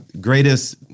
greatest